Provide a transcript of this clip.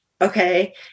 okay